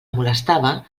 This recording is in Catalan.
molestava